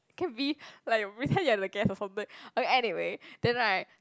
can be like pretend you are the guest or something okay anyway then right